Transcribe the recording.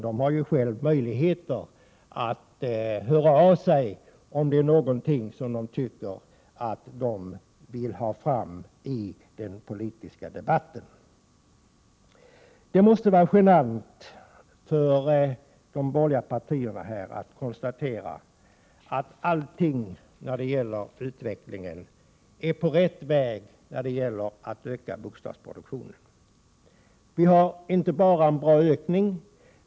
De har själva möjligheter att höra av sig om det är någonting de vill ha fram i den politiska debatten. Det måste vara genant för de borgerliga partierna att konstatera att utvecklingen är på rätt väg när det gäller att öka bostadsproduktionen. Vi har inte bara en bra ökning.